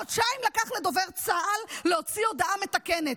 חודשיים לקח לדובר צה"ל להוציא הודעה מתקנת,